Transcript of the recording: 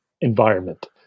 environment